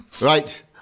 Right